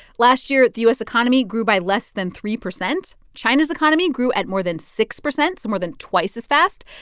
last year, the u s. economy grew by less than three percent. china's economy grew at more than six percent, so more than twice as fast.